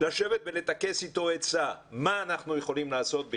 לשבת ולטכס אתו עצה מה אנחנו יכולים לעשות.